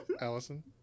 Allison